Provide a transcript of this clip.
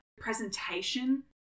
presentation